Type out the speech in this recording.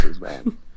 man